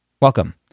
welcome